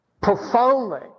profoundly